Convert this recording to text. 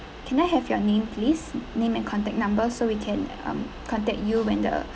can I have your name please name and contact number so we can um contact you when the